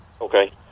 Okay